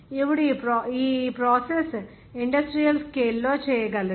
ఇప్పుడు ఈ process industrial scale లో చేయగలదు